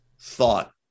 thought